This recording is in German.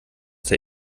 der